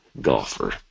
golfer